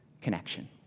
connection